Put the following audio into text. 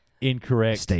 incorrect